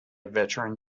veteran